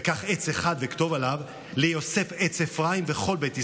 וקח עץ אחד אחד וכתוב עליו ליוסף עץ אפרים וכל בית ישראל,